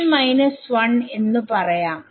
എന്ന് പറയാം